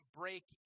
break